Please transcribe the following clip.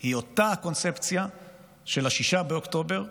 היא אותה הקונספציה של 6 באוקטובר,